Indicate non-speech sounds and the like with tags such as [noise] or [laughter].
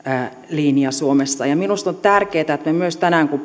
linja suomessa ja minusta on erittäin tärkeätä huomata myös tänään kun [unintelligible]